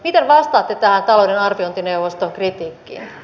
miten vastaatte tähän talouden arviointineuvoston kritiikkiin